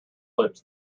lips